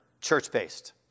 church-based